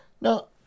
Now